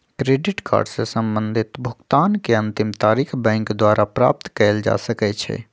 credit card से संबंधित भुगतान के अंतिम तारिख बैंक द्वारा प्राप्त कयल जा सकइ छइ